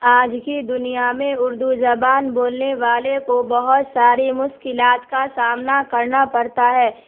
آج کی دنیا میں اردو زبان بولنے والے کو بہت ساری مشکلات کا سامنا کرنا پڑتا ہے